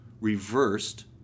reversed